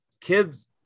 Kids